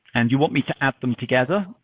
and you want me to app them together?